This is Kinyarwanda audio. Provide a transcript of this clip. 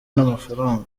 n’amafaranga